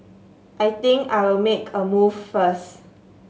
I think I will make a move first